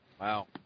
Wow